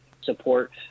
support